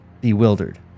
bewildered